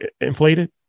inflated